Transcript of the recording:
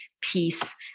peace